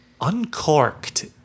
Uncorked